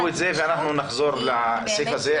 אתם תבדקו את זה, ואנחנו נחזור על הסעיף הזה.